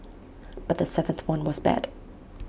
but the seventh one was bad